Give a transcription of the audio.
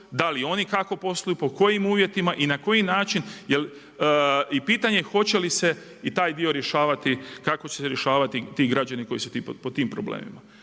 da li oni i kako posluju, po kojim uvjetima i na koji način i pitanje hoće li ste i da dio rješavati kako će se rješavati ti građani koji su pod tim problemima.